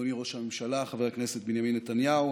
אדוני ראש הממשלה חבר הכנסת בנימין נתניהו,